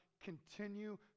continue